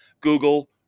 Google